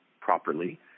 properly